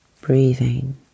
Breathing